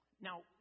Now